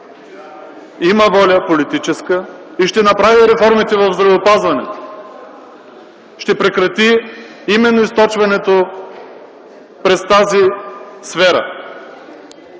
... политическа и ще направи реформите в здравеопазването. Ще прекрати именно източването през тази сфера.